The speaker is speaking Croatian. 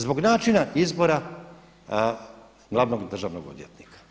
Zbog načina izbora glavnog državnog odvjetnika.